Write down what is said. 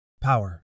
power